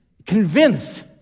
convinced